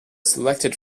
selected